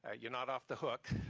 ah you're not off the hook,